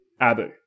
Abu